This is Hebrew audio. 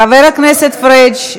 חבר הכנסת פריג',